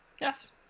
Yes